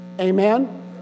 Amen